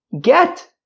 get